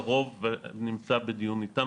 קרוב ונמצא בדיונים איתם.